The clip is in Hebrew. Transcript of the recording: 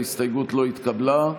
ההסתייגות לא התקבלה.